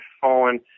fallen